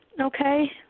okay